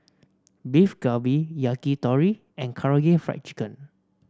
Beef Galbi Yakitori and Karaage Fried Chicken